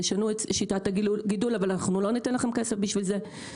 תשנו את שיטת הגידול אבל אנחנו לא ניתן לכם כסף בשביל זה.